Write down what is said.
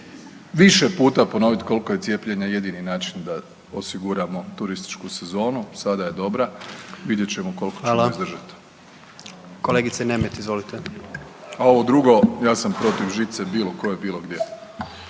više puta ponovit koliko je cijepljenje jedini način da osiguramo turističku sezonu. Sada je dobra, vidjet ćemo koliko ćemo izdržat. **Jandroković, Gordan (HDZ)** Hvala. **Plenković, Andrej (HDZ)** A ovo drugo ja sam protiv žice bilo koje, bilo gdje.